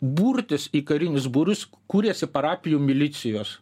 burtis į karinius būrius kuriasi parapijų milicijos